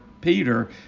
Peter